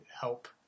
help